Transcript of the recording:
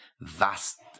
vast